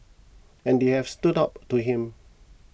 and they have stood up to him